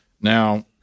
Now